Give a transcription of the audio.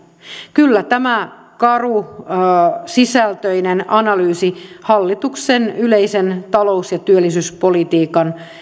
kyllä tämä karusisältöinen analyysi hallituksen yleisen talous ja työllisyyspolitiikan